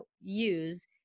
use